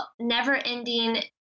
never-ending